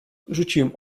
rzuciłem